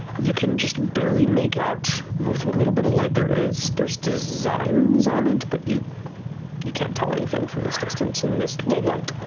you can just barely make out, with what little bit of light there is, there's designs on it, but you you can't tell anything from this distance in this low light.